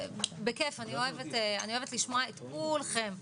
אני אוהבת לשמוע את כולכם,